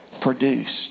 produced